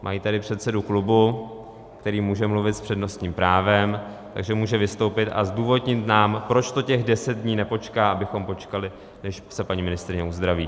Mají tady předsedu klubu, který může mluvit s přednostním právem, takže může vystoupit a zdůvodnit nám, proč to těch 10 dní nepočká, abychom počkali, než se paní ministryně uzdraví.